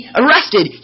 arrested